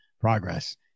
progress